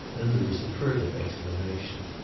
then there was a further explanation.